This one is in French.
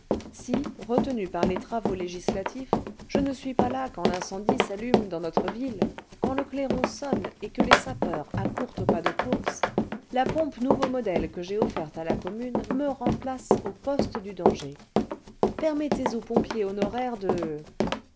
si retenu par les travaux législatifs je ne suis pas là quand l'incendie s'allume dans notre ville quand le clairon sonne et que les sapeurs accourent au pas de course la pompe le vingtième siècle nouveau modèle que j'ai offerte à la commune me remplace au poste du danger permettez au pompier honoraire de